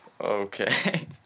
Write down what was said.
okay